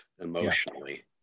emotionally